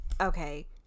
Okay